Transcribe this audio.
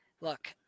Look